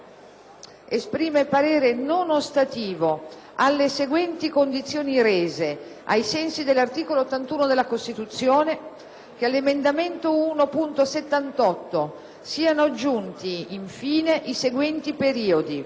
Esprime parere non ostativo, alle seguenti condizioni rese, ai sensi dell'articolo 81 della Costituzione: - che all'emendamento 1.78 siano aggiunti in fine i seguenti periodi: